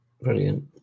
brilliant